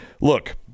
Look